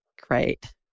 Great